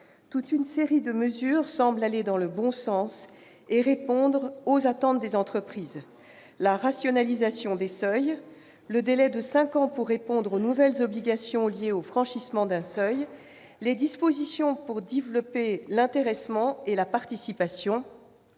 toute une série de mesures semblent aller dans le bon sens et répondre aux attentes des entreprises : la rationalisation des seuils, le délai de cinq ans pour répondre aux nouvelles obligations liées au franchissement d'un seuil, les dispositions pour développer l'intéressement et la participation,